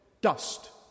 dust